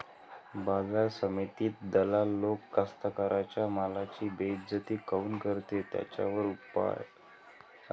बाजार समितीत दलाल लोक कास्ताकाराच्या मालाची बेइज्जती काऊन करते? त्याच्यावर उपाव सांगा